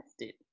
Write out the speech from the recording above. tested